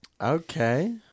Okay